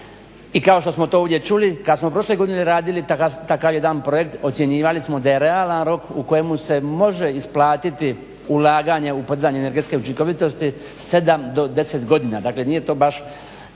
i kao što smo to ovdje čuli kad smo prošle godine radili takav jedan projekt ocjenjivali smo da je realan rok u kojemu se može isplatiti ulaganje u podizanje energetske učinkovitosti 7 do 10 godina, dakle nije to baš